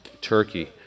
Turkey